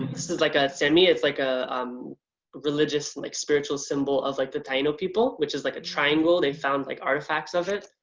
this is like a semi it's like a um religious like spiritual symbol of like the dino people, which is like a triangle. they found like artifacts of it.